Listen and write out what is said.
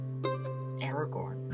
Aragorn